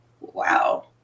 wow